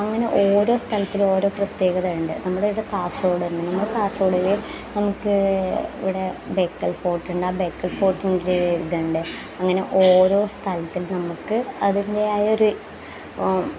അങ്ങനെ ഓരോ സ്ഥലത്തിനും ഓരോ പ്രത്യേകത ഉണ്ട് നമ്മുടെ ഇവിടെ കാസർഗോസ് തന്നെ കാസർഗോഡിൽ നമുക്ക് ഇവിടെ ബേക്കൽ ഫോർട്ട് ഉണ്ട് ആ ബേക്കൽ ഫോർട്ടിൻ്റെ ഇതുണ്ട് അങ്ങനെ ഓരോ സ്ഥലത്തിനും നമുക്ക് അതിൻ്റെതായ ഒരു